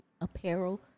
Apparel